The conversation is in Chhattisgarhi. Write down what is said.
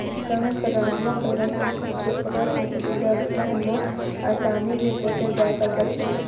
संकरामक नसल के कुकरा कुकरी ल घर म असानी ले पोसे जा सकत हे